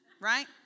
right